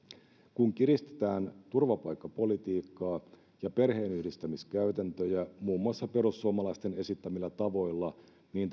kun kiristetään turvapaikkapolitiikkaa ja perheenyhdistämiskäytäntöjä muun muassa perussuomalaisten esittämillä tavoilla niin